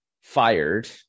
fired